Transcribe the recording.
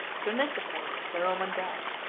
to nicephorus, the roman dog.